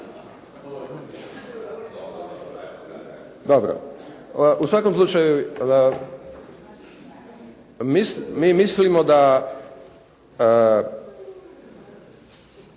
Dobro. U svakom slučaju mi mislimo da